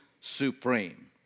supreme